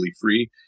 free